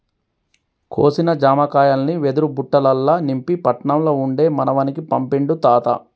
కోసిన జామకాయల్ని వెదురు బుట్టలల్ల నింపి పట్నం ల ఉండే మనవనికి పంపిండు తాత